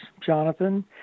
jonathan